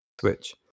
switch